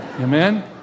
Amen